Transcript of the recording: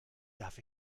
darf